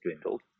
dwindled